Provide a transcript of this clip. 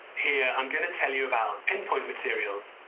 here i'm going to tell you about pinpoint materials.